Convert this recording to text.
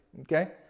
okay